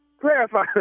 Clarify